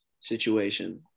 situation